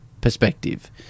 perspective